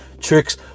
tricks